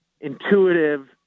intuitive